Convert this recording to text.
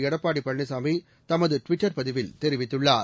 எடப்பாடி பழனிசாமி தனது ட்விட்டர் பதிவில் தெரிவித்துள்ளார்